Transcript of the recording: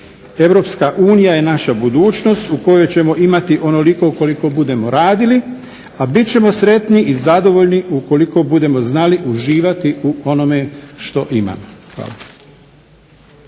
Europska unija je naša budućnost u kojoj ćemo imati onoliko koliko budemo radili, a bit ćemo sretni i zadovoljni ukoliko budemo znali uživati u onome što imamo. Hvala.